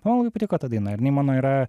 man labai patiko ta daina ir jinai mano yra